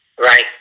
Right